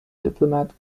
diplomat